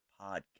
podcast